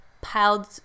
piled